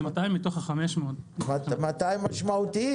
זה 200 מיליון מתוך ה-500 מיליון ₪ 200 מיליון ₪ משמעותיים,